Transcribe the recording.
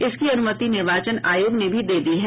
इसकी अनुमति निर्वाचन आयोग ने भी दे दी है